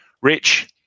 Rich